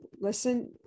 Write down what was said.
Listen